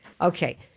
Okay